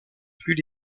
plus